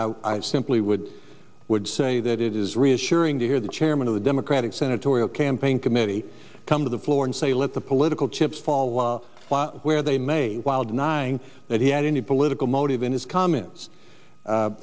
i simply would would say that it is reassuring to hear the chairman of the democratic senatorial campaign committee come to the floor and say let the political chips fall where they may while denying that he had any political motive in his comments